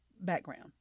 background